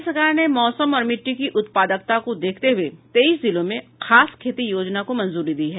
राज्य सरकार ने मौसम और मिट्टी की उत्पादकता को देखते हुए तेईस जिलों में खास खेती योजना को मंजूरी दी है